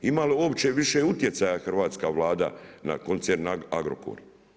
Ima li uopće više utjecaja hrvatska Vlada na koncern Agrokor?